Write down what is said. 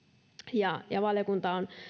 ja ja valiokunta on